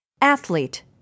Athlete